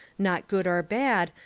not good or bad,